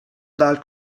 dal